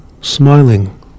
smiling